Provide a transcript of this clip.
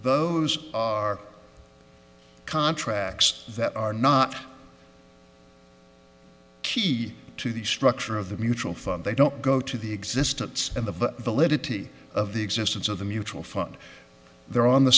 those are contracts that are not key to the structure of the mutual fund they don't go to the existence and the validity of the existence of the mutual fund there on the